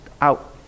out